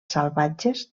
salvatges